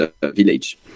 village